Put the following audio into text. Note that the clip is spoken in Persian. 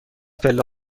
پله